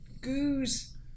goose